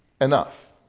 enough